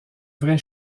vraie